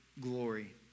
glory